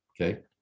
okay